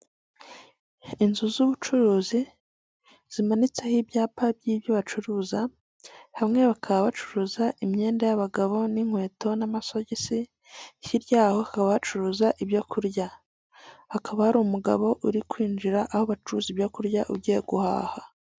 Inzu z'ubucuruzi zimanitseho ibyapa by'ibyo bacuruza hamwe bakaba bacuruza imyenda y'abagabo n'inkweto n'amasogisi hirya yaho hakaba hacuruza ibyo kurya, hakaba hari umugabo uri kwinjira aho bacuruza ibyo kurya ugiye guhaha.